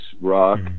rock